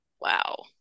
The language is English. wow